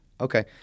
Okay